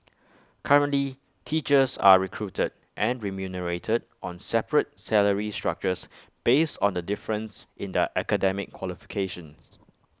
currently teachers are recruited and remunerated on separate salary structures based on the difference in their academic qualifications